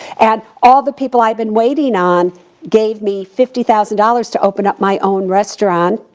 and all the people i'd been waiting on gave me fifty thousand dollars to open up my own restaurant,